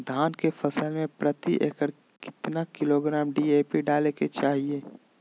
धान के फसल में प्रति एकड़ कितना किलोग्राम डी.ए.पी डाले के चाहिए?